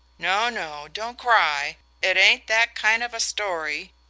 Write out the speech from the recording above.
no, no, don't cry it ain't that kind of a story.